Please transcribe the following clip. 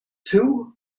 too